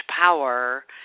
power